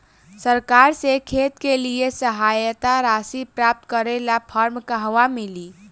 सरकार से खेत के लिए सहायता राशि प्राप्त करे ला फार्म कहवा मिली?